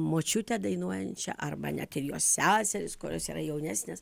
močiutę dainuojančią arba net ir jos seseris kurios yra jaunesnės